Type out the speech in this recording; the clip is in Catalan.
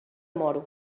moro